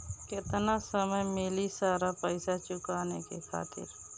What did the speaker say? केतना समय मिली सारा पेईसा चुकाने खातिर?